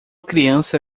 criança